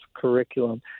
curriculum